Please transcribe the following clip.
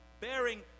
bearing